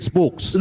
books